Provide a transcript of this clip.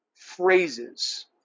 phrases